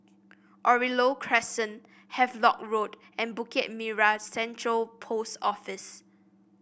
Oriole Crescent Havelock Road and Bukit Merah Central Post Office